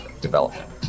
development